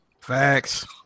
Facts